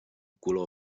color